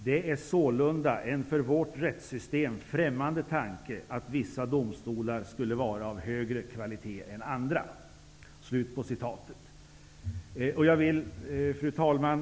Det är sålunda en för vårt rättssystem främmande tanke att vissa domstolar skulle vara av högre kvalitet än andra.'' Fru talman!